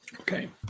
Okay